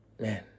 man